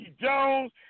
Jones